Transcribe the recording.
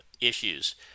issues